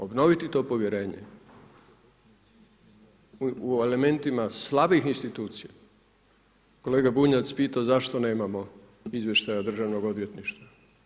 Obnoviti to povjerenje, u elementima slabih institucija, kolega Bunjac je pitao zašto nemamo izvještaja Državnog odvjetništva?